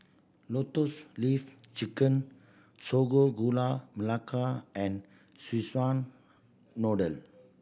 Lotus Leaf Chicken Sago Gula Melaka and Szechuan Noodle